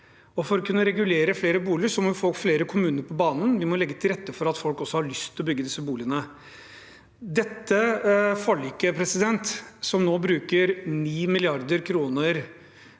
for å kunne regulere flere boliger må vi få flere kommuner på banen. Vi må legge til rette for at folk også har lyst til å bygge disse boligene. Dette forliket som nå bruker 9 mrd. kr